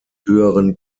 höheren